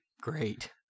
great